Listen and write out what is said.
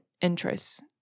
interests